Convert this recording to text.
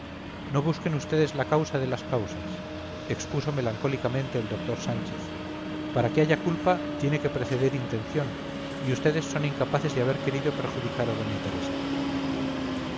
no busquen ustedes la causa de las causas expuso melancólicamente el doctor sánchez para que haya culpa tiene que preceder intención y ustedes son incapaces de haber querido perjudicar a doña teresa